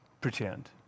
pretend